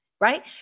right